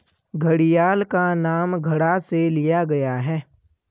घड़ियाल का नाम घड़ा से लिया गया है